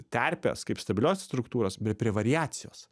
terpės kaip stabilios struktūros bei prie variacijos